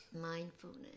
Mindfulness